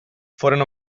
foren